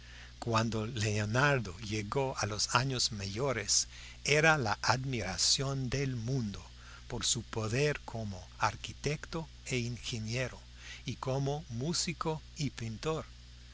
cuando leonardo llegó a los años mayores era la admiración del mundo por su poder como arquitecto e ingeniero y como músico y pintor